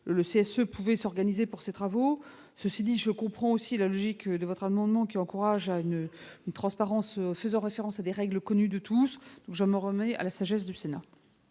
le CSE pouvait s'organiser pour ces travaux, ceci dit, je comprends aussi la logique de votre amendement qui encourage à une transparence, faisant référence à des règles connues de tous, je me remets à la sagesse du Sénat.